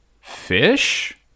Fish